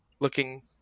Looking